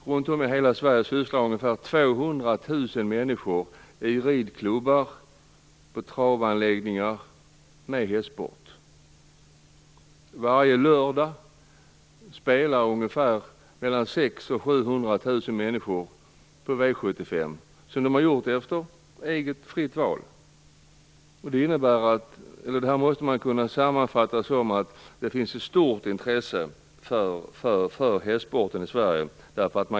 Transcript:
Runt om i hela Sverige sysslar ungefär 200 000 människor i ridklubbar och på travanläggningar med hästsport. Varje lördag spelar 600 000-700 000 människor på V75 efter eget fritt val. Detta måste man kunna sammanfatta som att det finns ett stort intresse för hästsporten i Sverige.